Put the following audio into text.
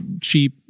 cheap